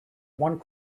one